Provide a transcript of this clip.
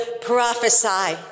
prophesy